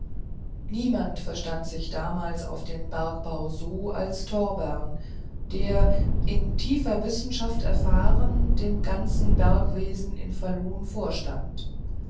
niemand verstand sich damals auf den bergbau so als torbern der in tiefer wissenschaft erfahren dem ganzen bergwesen in falun vorstand